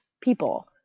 people